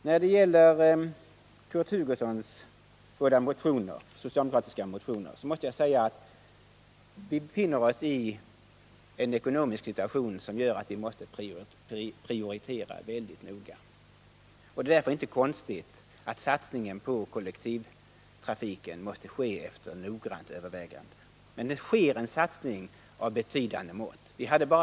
När det gäller Kurt Hugosson och de båda socialdemokratiska reservationerna måste jag säga att vi befinner oss i en ekonomisk situation som gör att vi måste prioritera mycket noga. Det är därför inte konstigt att satsningen på kollektivtrafiken måste ske efter noggrant övervägande. Men det sker en satsning av betydande mått.